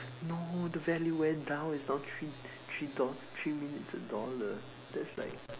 no the value went down it's now three three dollar three minutes a dollar that's like